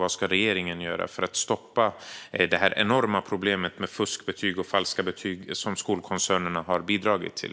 Vad ska regeringen göra för att stoppa det enorma problemet med fuskbetyg och falska betyg som skolkoncernerna har bidragit till?